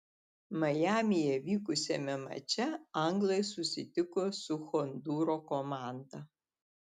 majamyje vykusiame mače anglai susitiko su hondūro komanda